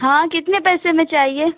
हाँ कितने पैसे में चाहिए